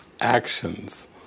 actions